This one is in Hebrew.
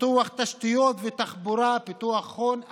פיתוח תשתיות ותחבורה, פיתוח הון אנושי,